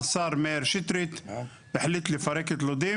השר מאיר שטרית החליט לפרק את לודים